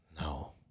No